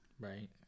Right